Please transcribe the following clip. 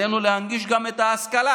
עלינו להנגיש גם את ההשכלה.